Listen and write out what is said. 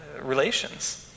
relations